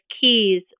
keys